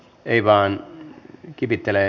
ei vaan kipittelee